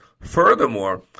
Furthermore